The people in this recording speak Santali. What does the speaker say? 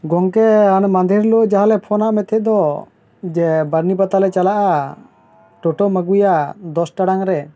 ᱜᱚᱢᱠᱮ ᱢᱟᱦᱫᱮᱨ ᱞᱮ ᱡᱟᱦᱟᱸ ᱞᱮ ᱯᱷᱳᱱᱟᱭ ᱢᱮᱛᱷᱮᱫᱚ ᱡᱮ ᱵᱟᱹᱨᱱᱤ ᱯᱟᱛᱟ ᱞᱮ ᱪᱟᱞᱟᱜᱼᱟ ᱴᱚᱴᱚᱢ ᱟᱹᱜᱩᱭᱟ ᱫᱚᱥ ᱴᱟᱲᱟᱝ ᱨᱮ